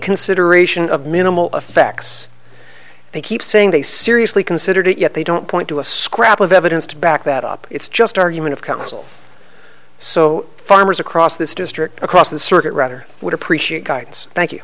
consideration of minimal effects they keep saying they seriously considered it yet they don't point to a scrap of evidence to back that up it's just argument of counsel so farmers across this district across the circuit rather would appreciate guidance thank you